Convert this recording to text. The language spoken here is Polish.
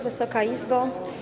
Wysoka Izbo!